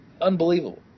unbelievable